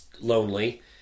lonely